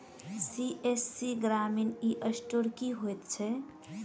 CSC ग्रामीण e store की होइ छै?